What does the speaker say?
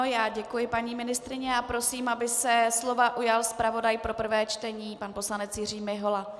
Já děkuji paní ministryni a prosím, aby se slova ujal zpravodaj pro prvé čtení pan poslanec Jiří Mihola.